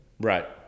Right